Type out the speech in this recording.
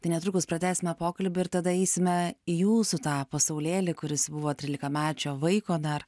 tai netrukus pratęsime pokalbį ir tada eisime į jūsų tą pasaulėlį kuris buvo trylikamečio vaiko dar